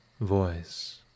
voice